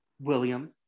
william